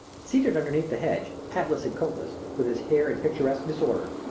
seated underneath the hedge, hatless and coatless, with his hair in picturesque disorder,